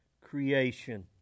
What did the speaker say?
creation